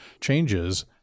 changes